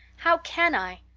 how can i?